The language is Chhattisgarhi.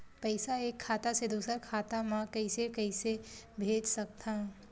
पईसा एक खाता से दुसर खाता मा कइसे कैसे भेज सकथव?